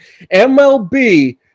MLB